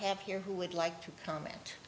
have here who would like to comment